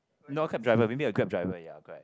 not cab driver maybe a Grab driver ya correct